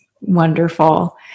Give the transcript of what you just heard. wonderful